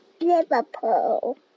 Liverpool